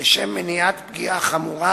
לשם מניעת פגיעה חמורה